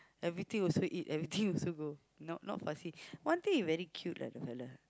everything also eat everything also go not not fussy one thing very cute lah that fella